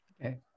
Okay